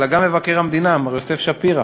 אלא גם מבקר המדינה מר יוסף שפירא.